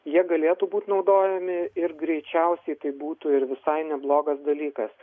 jie galėtų būt naudojami ir greičiausiai tai būtų ir visai neblogas dalykas